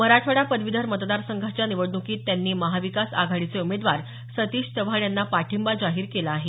मराठवाडा पदवीधर मतदारसंघाच्या निवडणुकीत त्यांनी महाविकास आघाडीचे उमेदवार सतीश चव्हाण यांना पाठिंबा जाहीर केला आहे